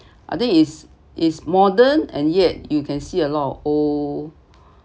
I think is is modern and yet you can see a lot of old